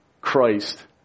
Christ